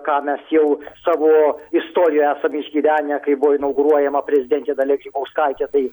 ką mes jau savo istorijoj esame išgyvenę kai buvo inauguruojama prezidentė dalia grybauskaitė tai